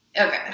Okay